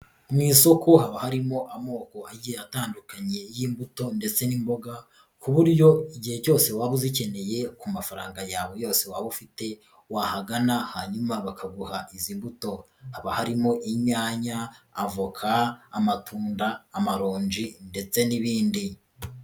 Mu isoko haba harimo amoko agiye atandukanye y'imbuto ndetse n'imboga ku buryo igihe cyose waba uzikeneye ku mafaranga yawe yose waba ufite, wahagana hanyuma bakaguha izi mbuto. Haba harimo inyanya, avoka, amatunda, amaronji ndetse n'ibindi.